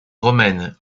romaine